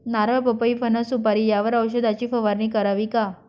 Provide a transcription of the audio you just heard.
नारळ, पपई, फणस, सुपारी यावर औषधाची फवारणी करावी का?